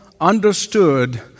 understood